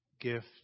gift